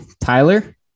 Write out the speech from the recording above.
Tyler